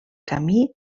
camí